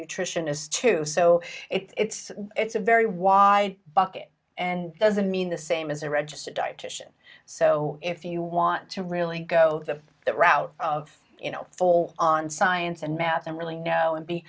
attrition is two so it's it's a very wide bucket and doesn't mean the same as a registered dietitian so if you want to really go the route of you know full on science and math and really know and be